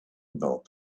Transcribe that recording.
about